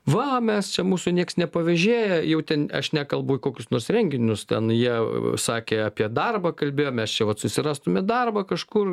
va mes čia mūsų nieks nepavėžėja jau ten aš nekalbu į kokius nors renginius ten jie sakė apie darbą kalbėjom mes čia vat susirastume darbą kažkur